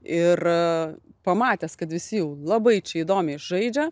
ir pamatęs kad visi jau labai čia įdomiai žaidžia